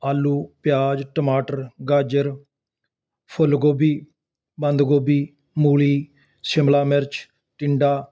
ਆਲੂ ਪਿਆਜ਼ ਟਮਾਟਰ ਗਾਜਰ ਫੁੱਲ ਗੋਭੀ ਬੰਦ ਗੋਭੀ ਮੁਲੀ ਸ਼ਿਮਲਾ ਮਿਰਚ ਟਿੰਡਾ